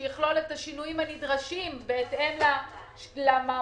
שיכלול את השינויים הנדרשים בהתאם למהמורות